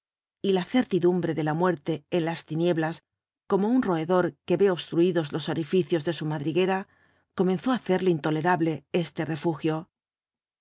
y la certidumbre de la muerte en las tinieblas como un roedor que ve obstruidos los orificios de su madriguera comenzó á hacerle intolerable este refugio